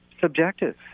subjective